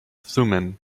thummim